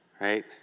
Right